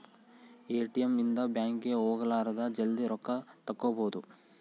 ATM ಇಂದ bank ಗೆ ಹೋಗಲಾರದ ಜಲ್ದೀ ರೊಕ್ಕ ತೆಕ್ಕೊಬೋದು